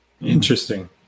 Interesting